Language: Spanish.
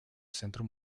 centro